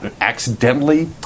accidentally